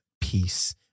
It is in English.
peace